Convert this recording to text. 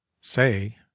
say